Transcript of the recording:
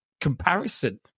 comparison